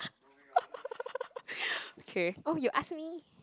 okay oh you ask me